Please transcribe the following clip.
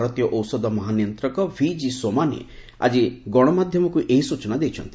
ଭାରତୀୟ ଔଷଧ ମହାନିୟନ୍ତ୍ରକ ଭିଜି ସୋମାନୀ ଆଜି ଗଣମାଧ୍ୟମକୁ ଏହି ସ୍ଚଚନା ଦେଇଛନ୍ତି